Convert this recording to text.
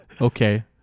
okay